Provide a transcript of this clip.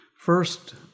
First